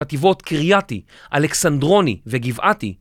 חטיבות קרייתי, אלכסנדרוני וגבעתי